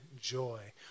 joy